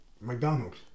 McDonald's